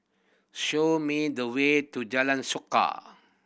show me the way to Jalan Suka